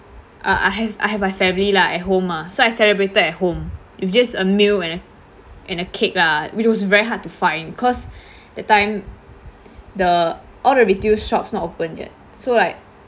uh I have I have my family lah at home mah so I celebrated at home with just a meal and a and a cake lah which was very hard to find cause that time the all the retail shops not open yet so like